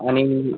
आणि